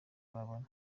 babona